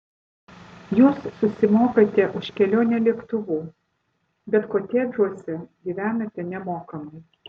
jūs susimokate už kelionę lėktuvu bet kotedžuose gyvenate nemokamai